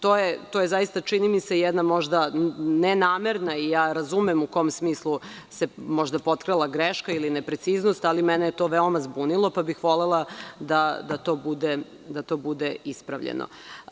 To je, čini mi se, jedna možda nenamerna, razumem u kom smislu se možda potkrala greška ili nepreciznost, ali mene je to veoma zbunilo, pa bih volela da to bude ispravljeno.